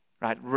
right